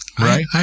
Right